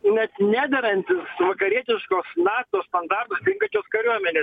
net nederantis vakarietiškos nato standartus atitinkančios kariuomenės